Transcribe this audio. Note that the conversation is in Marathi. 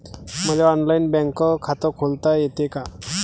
मले ऑनलाईन बँक खात खोलता येते का?